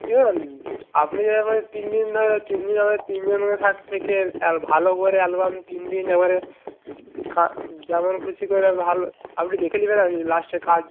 ঠিক আছে আপনি যেমন তিন দিন ধরে তিন জন মিলে থেকে আর ভালো করে অ্যালাবামটা তিন দিন একেবারে যেমন খুশি করে আপনি দেখে নেবেন লাস্টের কাজ